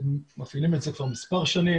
הם מפעילים את זה כבר מספר שנים,